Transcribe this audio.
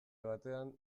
batean